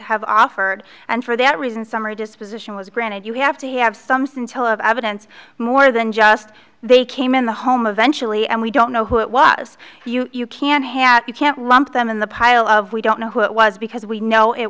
have offered and for that reason some are disposition was granted you have to have some scintilla of evidence more than just they came in the home eventuality and we don't know who it was you can hang out you can't lump them in the pile of we don't know who it was because we know it